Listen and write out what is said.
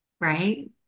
right